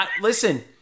listen